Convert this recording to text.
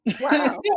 Wow